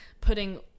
putting